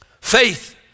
Faith